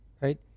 right